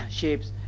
shapes